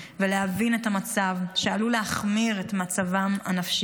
ולהבין את המצב, מה שעלול להחמיר את מצבם הנפשי.